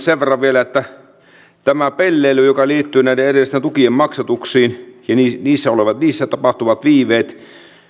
sen verran vielä että tämä pelleily joka liittyy näiden erilaisten tukien maksatuksiin ja niissä tapahtuvat viiveet